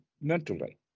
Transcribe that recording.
mentally